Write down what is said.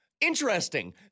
Interesting